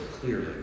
clearly